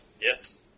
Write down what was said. Yes